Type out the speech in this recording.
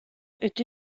est